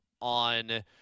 on